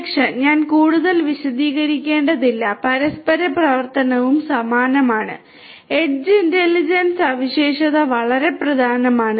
സുരക്ഷ ഞാൻ കൂടുതൽ വിശദീകരിക്കേണ്ടതില്ല പരസ്പര പ്രവർത്തനവും സമാനമാണ് എഡ്ജ് ഇന്റലിജൻസ് സവിശേഷത വളരെ പ്രധാനമാണ്